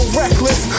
reckless